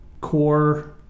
core